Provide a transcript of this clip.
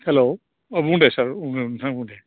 hello औ बुंदे सार नोंथाङा बुं दे